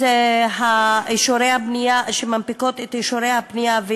אישורי הבנייה שמנפיקות את אישורי הבנייה,